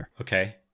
Okay